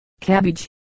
Cabbage